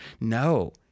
No